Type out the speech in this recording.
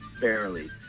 barely